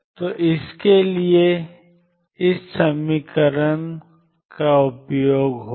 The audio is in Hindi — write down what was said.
तो इसके लिए समीकरणiℏ∂ψrt∂t∑CnEnnrtहोगा